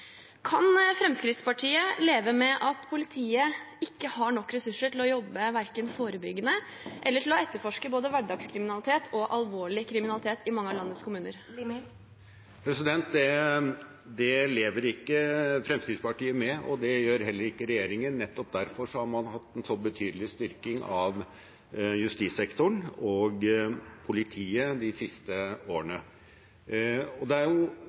Kan Fremskrittspartiet leve med at politiet ikke har nok ressurser til å jobbe verken forebyggende eller til å etterforske både hverdagskriminalitet og alvorlig kriminalitet i mange av landets kommuner? Det lever ikke Fremskrittspartiet med, og heller ikke regjeringen. Nettopp derfor har man hatt en så betydelig styrking av justissektoren og politiet de siste årene. Det er